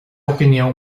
opinião